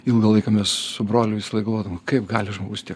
ilgą laiką mes su broliu visąlaik galvodavom kaip gali žmogus tiek